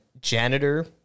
janitor